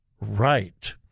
right